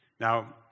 Now